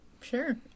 Sure